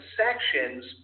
sections